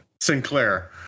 Sinclair